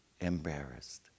embarrassed